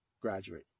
graduate